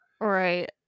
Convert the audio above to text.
Right